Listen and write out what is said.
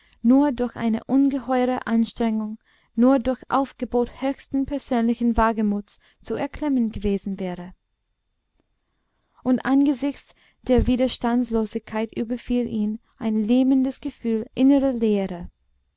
nur durch eine ungeheure anstrengung nur durch aufgebot höchsten persönlichen wagemuts zu erklimmen gewesen wäre und angesichts der widerstandslosigkeit überfiel ihn ein lähmendes gefühl innerer leere